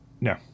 no